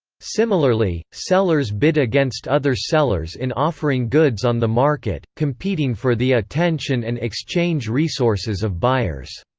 similarly, sellers bid against other sellers in offering goods on the market, competing for the attention and exchange resources of buyers.